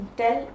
tell